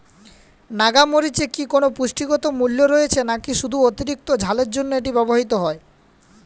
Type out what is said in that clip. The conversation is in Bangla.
নাগা মরিচে কি কোনো পুষ্টিগত মূল্য রয়েছে নাকি শুধু অতিরিক্ত ঝালের জন্য এটি ব্যবহৃত হয়?